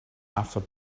after